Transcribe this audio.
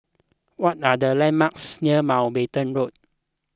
what are the landmarks near Mountbatten Road